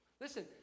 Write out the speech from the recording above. Listen